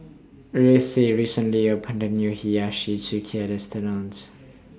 Ruthie recently opened A New Hiyashi Chuka restaurants